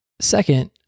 Second